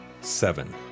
seven